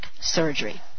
surgery